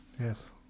Yes